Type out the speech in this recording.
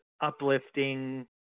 uplifting